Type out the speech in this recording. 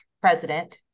president